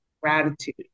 gratitude